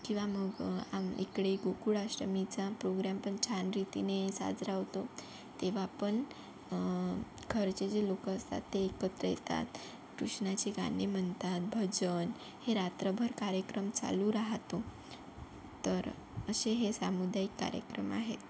किंवा मग इकडे गोकुळाष्टमीचा प्रोग्राम पण छान रीतीने साजरा होतो तेव्हा पण घरचे जे लोक असतात ते एकत्र येतात कृष्णाची गाणी म्हणतात भजन हे रात्रभर कार्यक्रम चालू राहतो तर असे हे सामुदायिक कार्यक्रम आहेत